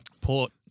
Port